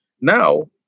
Now